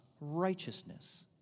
righteousness